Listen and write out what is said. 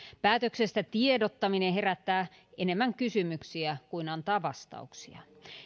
päätöksestä tiedottaminen herättää enemmän kysymyksiä kuin antaa vastauksia